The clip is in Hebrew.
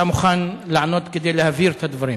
אתה מוכן לענות כדי להבהיר את הדברים?